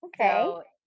okay